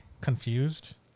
confused